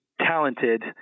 talented